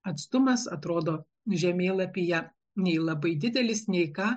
atstumas atrodo žemėlapyje nei labai didelis nei ką